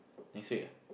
next week ah